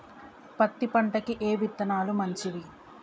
పత్తి పంటకి ఏ విత్తనాలు మంచివి?